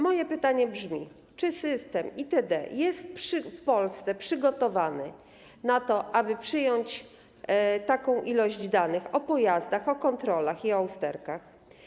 Moje pytanie brzmi: Czy system itd. jest w Polsce przygotowany na to, aby przyjąć taką ilość danych o pojazdach, kontrolach i usterkach?